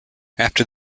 after